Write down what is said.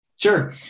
Sure